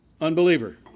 Unbeliever